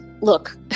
look